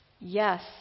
Yes